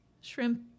Shrimp